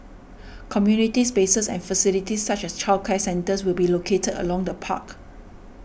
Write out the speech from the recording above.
community spaces and facilities such as childcare centres will be located along the park